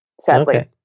sadly